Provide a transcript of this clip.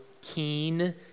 keen